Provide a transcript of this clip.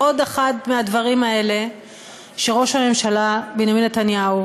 עוד אחד מהדברים האלה שראש הממשלה בנימין נתניהו